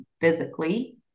physically